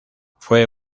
fue